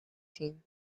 team